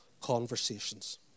conversations